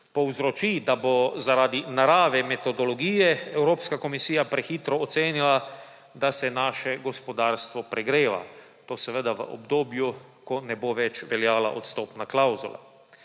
povzroči, da bo zaradi narave metodologije Evropska komisija prehitro ocenila, da se naše gospodarstvo pregreva, in to seveda v obdobju, ko ne bo več veljala odstopna klavzula.